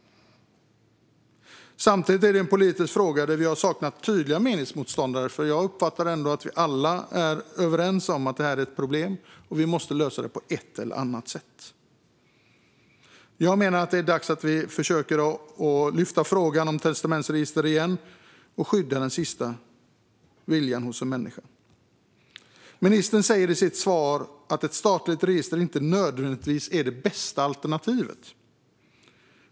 Samtidigt är det en politisk fråga där vi har saknat tydliga meningsmotståndare. Jag uppfattar ändå att vi alla är överens om att det här är ett problem som vi på ett eller annat sätt måste lösa. Jag menar att det är dags att vi åter försöker lyfta upp frågan om ett testamentsregister för att skydda människors sista vilja. Ministern säger i sitt svar att ett statligt register inte nödvändigtvis är det bästa alternativet.